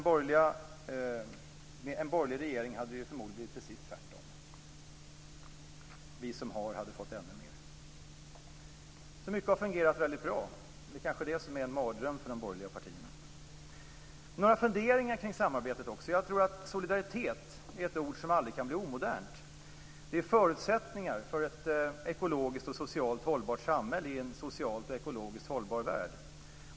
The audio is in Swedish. Med en borgerlig regering hade det förmodligen blivit precis tvärtom; vi som har hade fått ännu mer. Mycket har alltså fungerat väldigt bra. Det är kanske det som är en mardröm för de borgerliga partierna. Jag har också några funderingar kring samarbetet. Solidaritet är ett ord som aldrig kan bli omodernt. Det är förutsättningen för ett ekologiskt och socialt hållbart samhälle i en ekologiskt och socialt hållbar värld.